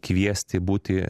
kviesti būti